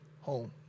Home